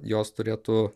jos turėtų